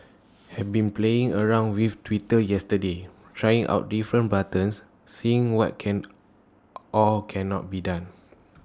had been playing around with Twitter yesterday trying out different buttons seeing what can or cannot be done